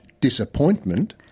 disappointment